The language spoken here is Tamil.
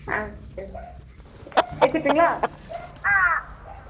ஆ சரி வெச்சுருட்டுங்களா